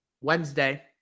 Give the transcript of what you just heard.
Wednesday